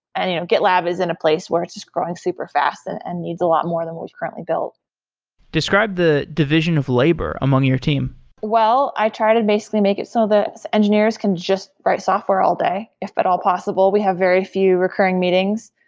and you know gitlab is in a place where it's just growing super-fast and and needs a lot more than what we've currently built describe the division of labor among your team well, i try to basically make it so the engineers can just write software all day, if at but all possible. we have very few recurring meetings.